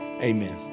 amen